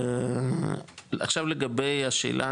עכשיו לגבי השאלה,